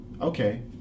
okay